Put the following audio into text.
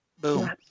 boom